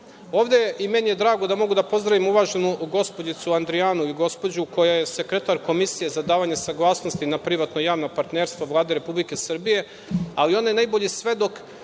Ovde je, i meni je drago da mogu da pozdravim uvaženu gospođicu Andrijanu, ili gospođu, koja je sekretar Komisije za davanje saglasnosti na privatno-javno partnerstvo Vlade RS, ali ona je najbolji svedok